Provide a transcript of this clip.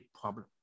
problem